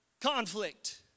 Conflict